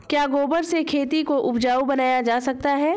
क्या गोबर से खेती को उपजाउ बनाया जा सकता है?